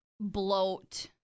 bloat